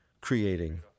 creating